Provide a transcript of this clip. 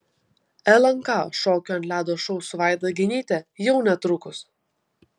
lnk šokių ant ledo šou su vaida genyte jau netrukus